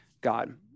God